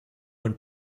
when